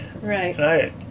Right